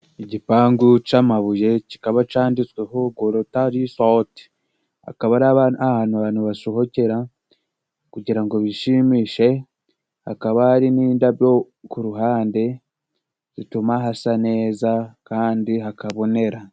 Igipangu c'amabuye kikaba canditsweho guta rezoti. Ahantu abantu basohokera kugira ngo bishimishe, hakaba hari n'indabyo ku uruhande zituma hasa neza kandi hakabonera.